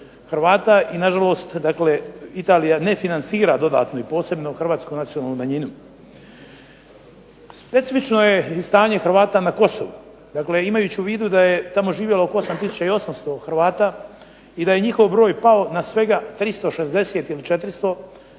Hrvata i na žalost, dakle Italija ne financira dodatno i posebno hrvatsku nacionalnu manjinu. Specifično je i stanje Hrvata na Kosovu. Dakle, imajući u vidu da je tamo živjelo oko 8800 Hrvata i da je njihov broj pao na svega 360 ili 400 doista